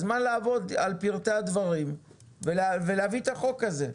הזמן לעבוד על פרטי הדברים ולהביא את החוק הזה.